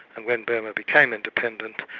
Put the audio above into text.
and when burma became independent,